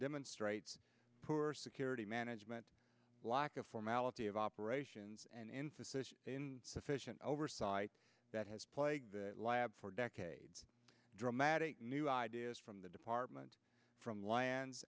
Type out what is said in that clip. demonstrates poor security management lack of formality of operations and emphasis in sufficient oversight that has plagued the lab for decades dramatic new ideas from the department from lands